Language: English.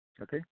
Okay